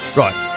right